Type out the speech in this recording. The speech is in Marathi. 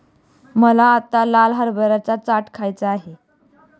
मला आत्ता लाल हरभऱ्याचा चाट खायचा आहे